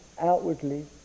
outwardly